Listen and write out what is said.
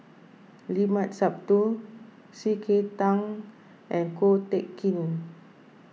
Limat Sabtu C K Tang and Ko Teck Kin